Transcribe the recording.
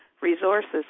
resources